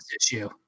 issue